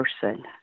person